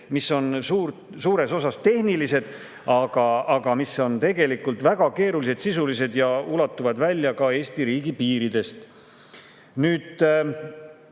mis on suures osas tehnilised, aga tegelikult väga keerulised, sisulised ja ulatuvad välja ka Eesti riigi piiridest. Mul